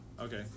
okay